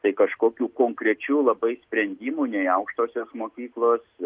tai kažkokių konkrečių labai sprendimų nei aukštosios mokyklos